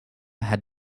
had